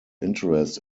interest